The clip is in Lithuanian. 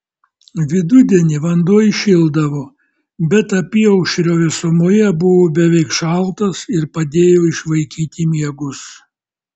vidudienį vanduo įšildavo bet apyaušrio vėsumoje buvo beveik šaltas ir padėjo išvaikyti miegus